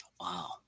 wow